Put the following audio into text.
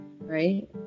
Right